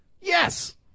yes